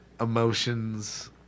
emotions